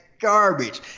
garbage